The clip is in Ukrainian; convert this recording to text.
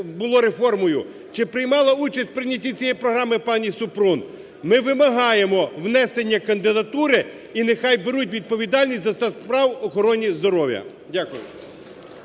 Чи приймала участь в прийнятті цієї програми пані Супрун? Ми вимагаємо внесення кандидатури, і нехай беруть відповідальність за стан справ в охороні здоров'я. Дякую.